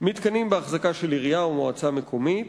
מתקנים באחזקה של עירייה או מועצה מקומית